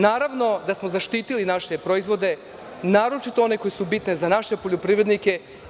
Naravno da smo zaštitili naše proizvode, a naročito one koji su bitni za naše poljoprivrednike.